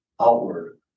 outward